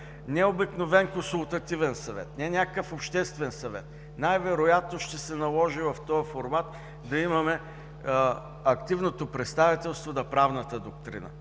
не обикновен Консултативен съвет, не някакъв обществен съвет. Най-вероятно ще се наложи в този формат да имаме активното представителство на правната доктрина,